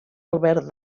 albert